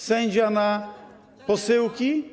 Sędzia na posyłki?